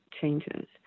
changes